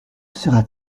sera